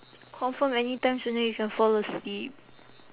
confirm anytime sooner you can fall asleep